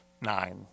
nine